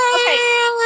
Okay